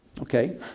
Okay